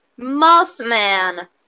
Mothman